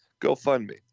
GoFundMe